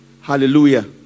Hallelujah